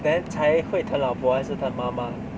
then 才会疼老婆还是疼妈妈